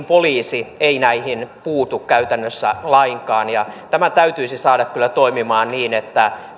poliisi ei näihin puutu käytännössä lainkaan tämä täytyisi saada kyllä toimimaan niin että